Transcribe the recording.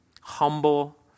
humble